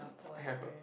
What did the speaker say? have a